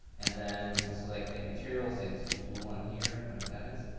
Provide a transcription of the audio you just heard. and then we'll select a material, say this blue one here, whatever that is.